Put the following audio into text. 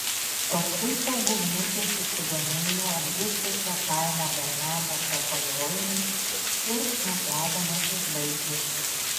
paskui saugumiečiai susidomėjo apgirtusio kaimo bernelio sapaliojimais ir snukiavimasis baigėsi